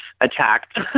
attacked